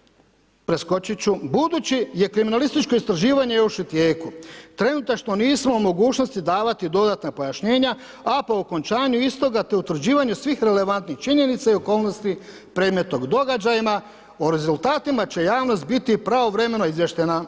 - preskočit ću, - budući je kriminalističko istraživanje još u tijeku trenutačno nismo u mogućnosti davati dodatna pojašnjenja, a po okončanju istoga te utvrđivanju svih relevantnih činjenica i okolnosti predmetnog događaja, o rezultatima će javnost biti pravovremeno izvještena.